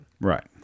Right